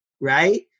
right